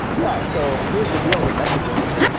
yeah, so here's the deal with messaging though.